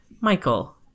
michael